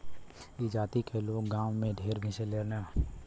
ई जाति क लोग गांव में ढेर मिलेलन